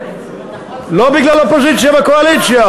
לא בגלל אופוזיציה וקואליציה,